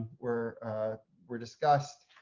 were were discussed.